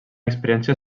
experiència